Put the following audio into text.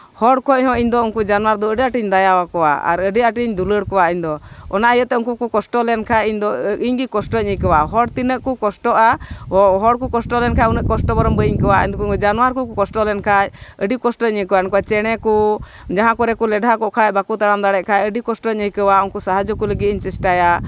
ᱦᱚᱲ ᱠᱷᱚᱡ ᱦᱚᱸ ᱤᱧᱫᱚ ᱩᱱᱠᱩ ᱡᱟᱱᱣᱟᱨ ᱫᱚ ᱟᱹᱰᱤ ᱟᱸᱴᱤᱧ ᱫᱟᱭᱟ ᱟᱠᱚᱣᱟ ᱟᱨ ᱟᱹᱰᱤ ᱟᱸᱴᱤᱧ ᱫᱩᱞᱟᱹᱲ ᱠᱚᱣᱟ ᱤᱧᱫᱚ ᱚᱱᱟ ᱤᱭᱟᱹᱛᱮ ᱩᱱᱠᱩ ᱠᱚ ᱠᱚᱥᱴᱚ ᱞᱮᱱᱠᱷᱟᱡ ᱤᱧᱫᱚ ᱤᱧᱜᱮ ᱠᱚᱥᱴᱚᱧ ᱟᱹᱭᱠᱟᱹᱣᱟ ᱦᱚᱲ ᱛᱤᱱᱟᱹᱜ ᱠᱚ ᱠᱚᱥᱴᱚᱜᱼᱟ ᱦᱚᱲ ᱠᱚ ᱠᱚᱥᱴᱚ ᱞᱮᱱᱠᱷᱟᱡ ᱩᱱᱟᱹᱜ ᱠᱚᱥᱴᱚ ᱵᱚᱨᱚᱝ ᱵᱟᱹᱧ ᱟᱹᱭᱠᱟᱹᱣᱟ ᱡᱟᱱᱣᱟᱨ ᱠᱚ ᱠᱚᱥᱴᱚ ᱞᱮᱱᱠᱷᱟᱡ ᱟᱹᱰᱤ ᱠᱚᱥᱴᱚᱧ ᱟᱹᱭᱠᱟᱹᱣᱟ ᱱᱚᱝᱠᱟ ᱪᱮᱬᱮ ᱠᱚ ᱡᱟᱦᱟᱸ ᱠᱚᱨᱮ ᱠᱚ ᱞᱮᱰᱷᱟ ᱠᱚᱜ ᱠᱷᱟᱡ ᱵᱟᱠᱚ ᱛᱟᱲᱟᱢ ᱫᱟᱲᱮᱜ ᱠᱷᱟᱡ ᱟᱹᱰᱤ ᱠᱚᱥᱴᱚᱧ ᱟᱹᱭᱠᱟᱹᱣᱟ ᱩᱱᱠᱩ ᱥᱟᱦᱟᱡᱽ ᱡᱚ ᱠᱚ ᱞᱟᱹᱜᱤᱫ ᱤᱧ ᱪᱮᱥᱴᱟᱭᱟ